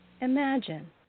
imagine